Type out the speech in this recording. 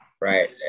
right